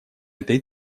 этой